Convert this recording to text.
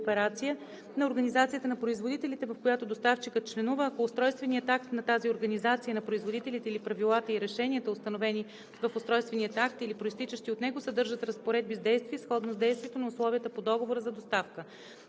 на организацията на производителите, в която доставчикът членува, ако устройственият акт на тази организация на производителите или правилата и решенията, установени в устройствения акт или произтичащи от него, съдържат разпоредби с действие, сходно с действието на условията по договора за доставка;